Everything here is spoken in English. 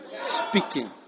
speaking